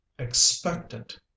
expectant